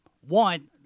One